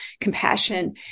compassion